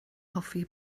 hoffi